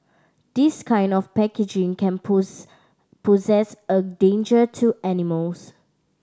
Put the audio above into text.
this kind of packaging can pose poses a danger to animals